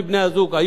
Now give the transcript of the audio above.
כזה או אחר.